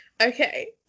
okay